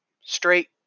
straight